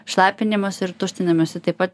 šlapinimusi ir tuštinimusi taip pat